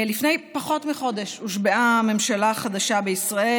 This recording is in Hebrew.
לפני פחות מחודש הושבעה הממשלה החדשה בישראל,